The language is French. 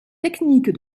techniques